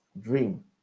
dream